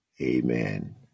Amen